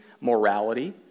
morality